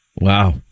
Wow